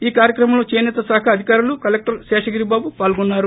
ఈ కార్చక్రమంలో చేసేత శాఖ అధికారులు కలెక్టర్ శేషగిరిబాబు పాల్గొన్నారు